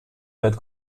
بهت